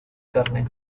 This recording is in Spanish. carne